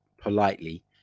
politely